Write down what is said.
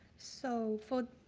so for,